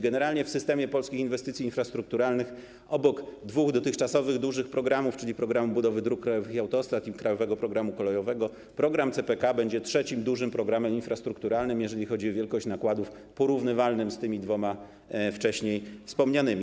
Generalnie w systemie polskich inwestycji infrastrukturalnych obok dwóch dotychczasowych dużych programów, czyli programu budowy dróg krajowych i autostrad i ˝Krajowego programu kolejowego˝, program CPK będzie trzecim dużym programem infrastrukturalnym, jeżeli chodzi o wielkość nakładów, porównywalnym z tymi dwoma wcześniej wspomnianymi.